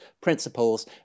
principles